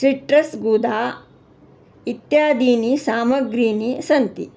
citrus गूधा इत्यादीनि सामग्र्यः सन्ति